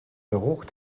geruch